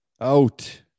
out